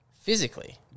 physically